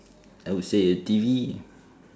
I would say a T_V